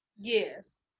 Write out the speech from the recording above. Yes